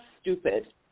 stupid